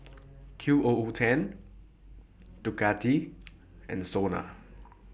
Q O O ten Ducati and Sona